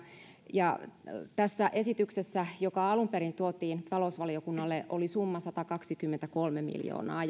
ja tässä esityksessä joka alun perin tuotiin talousvaliokunnalle oli summa satakaksikymmentäkolme miljoonaa